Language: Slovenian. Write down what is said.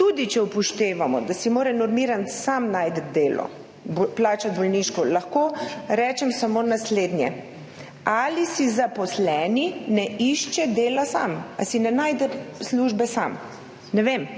Tudi če upoštevamo, da si mora normiranec sam najti delo, plačati bolniško, lahko rečem samo naslednje: Ali si zaposleni ne išče dela sam? Ali si ne najde službe sam? Ne vem,